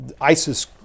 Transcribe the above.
ISIS